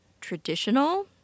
traditional